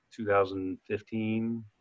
2015